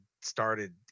started